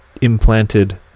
implanted